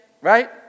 Right